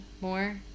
more